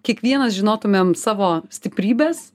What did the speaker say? kiekvienas žinotumėm savo stiprybes